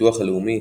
הביטוח הלאומי,